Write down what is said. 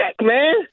man